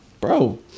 bro